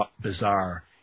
bizarre